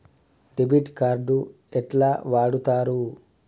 Debit card ఎట్లా వాడుతరు?